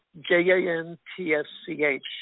J-A-N-T-S-C-H